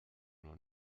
nur